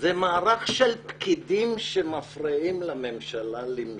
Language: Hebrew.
זה מערך של פקידים שמפריעים לממשלה למשול.